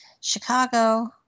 Chicago